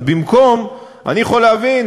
אני יכול להבין,